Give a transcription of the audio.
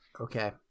Okay